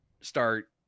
start